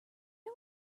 are